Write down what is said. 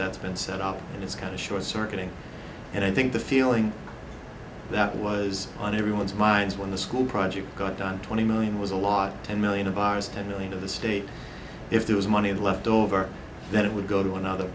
that's been set up and it's kind of short circuiting and i think the feeling that was on everyone's minds when the school project got done twenty million was a lot ten million of ours ten million of the state if there was money left over then it would go to another